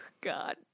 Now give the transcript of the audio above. god